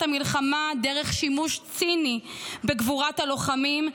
המלחמה דרך שימוש ציני בגבורת הלוחמים,